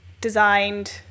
designed